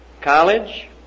college